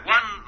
One